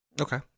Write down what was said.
Okay